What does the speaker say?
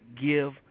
give